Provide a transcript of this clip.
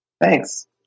Thanks